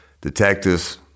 detectives